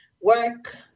work